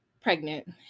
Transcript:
pregnant